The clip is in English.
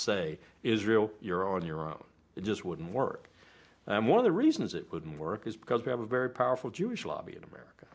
say israel you're on your own it just wouldn't work and one of the reasons it wouldn't work is because you have a very powerful jewish lobby in america